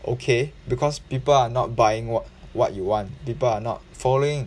okay because people are not buying what what you want people are not following